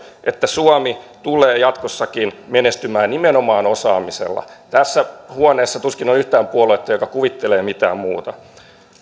että suomi tulee jatkossakin menestymään nimenomaan osaamisella tässä huoneessa tuskin on yhtään puoluetta joka kuvittelee mitään muuta